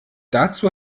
dazu